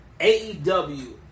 AEW